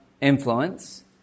influence